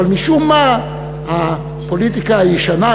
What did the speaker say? אבל משום מה הפוליטיקה הישנה,